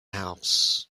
house